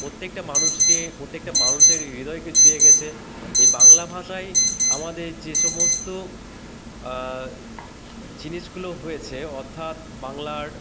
প্রত্যেকটা মানুষকে প্রত্যেকটা মানুষের হৃদয়কে ছুঁয়ে গেছে এই বাংলা ভাষায় আমাদের যে সমস্ত জিনিসগুলো হয়েছে অর্থাৎ বাংলার